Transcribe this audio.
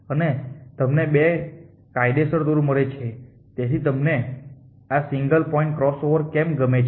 અને તમને બે કાયદેસર ટૂર મળે છે તેથી તમને આ સિંગલ પોઇન્ટ ક્રોસઓવર કેમ ગમે છે